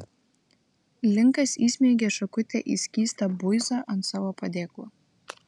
linkas įsmeigė šakutę į skystą buizą ant savo padėklo